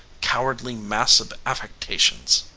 cowardly mass of affectations!